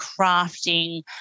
crafting